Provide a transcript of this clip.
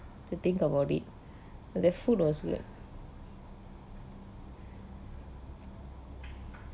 to think about it the food was weird